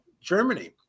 Germany